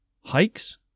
hikes